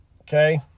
Okay